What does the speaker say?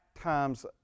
times